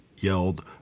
yelled